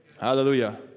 Hallelujah